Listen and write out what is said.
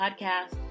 podcast